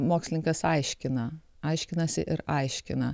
mokslininkas aiškina aiškinasi ir aiškina